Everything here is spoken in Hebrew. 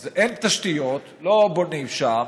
אז אין תשתיות, לא בונים שם,